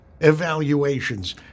evaluations